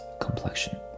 complexion